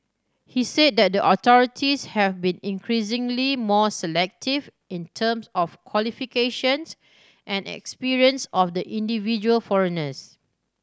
he said that the authorities have been increasingly more selective in terms of qualifications and experience of the individual foreigners